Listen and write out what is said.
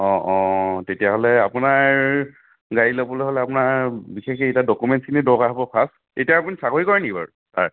অঁ অঁ তেতিয়াহ'লে আপোনাৰ গাড়ী ল'বলৈ হ'লে আপোনাৰ বিশেষকৈ এতিয়া ডকুমেণ্টচখিনি দৰকাৰ হ'ব ফাৰ্ষ্ট এতিয়া আপুনি চাকৰি কৰে নি বাৰু ছাৰ